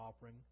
offering